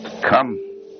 Come